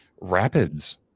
Rapids